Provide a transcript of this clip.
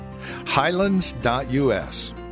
Highlands.us